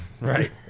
right